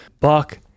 Buck